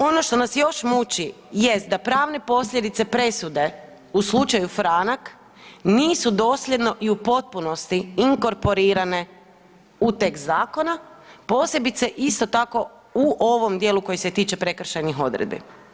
Ono što nas još muči jest da pravne posljedice presude u slučaju Franak nisu dosljedno i u potpunosti inkorporirane u tekst zakona, posebice isto tako u ovom dijelu koji se tiče prekršajnih odredbi.